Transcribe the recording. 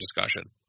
discussion